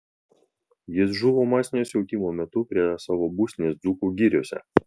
jis žuvo masinio siautimo metu prie savo būstinės dzūkų giriose